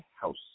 House